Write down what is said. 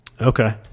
Okay